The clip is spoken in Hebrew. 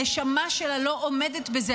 הנשמה שלה לא עומדת בזה,